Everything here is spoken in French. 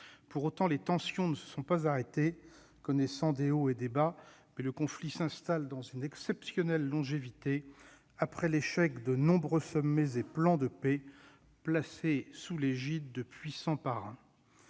Pour autant, les tensions ne se sont pas arrêtées. Elles connaissent des hauts et des bas, mais le conflit s'installe dans une exceptionnelle longévité, après l'échec de nombreux sommets et plans de paix placés sous l'égide de puissants parrains.